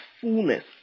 fullness